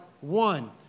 one